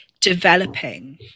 developing